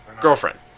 girlfriend